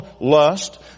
lust